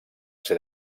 ser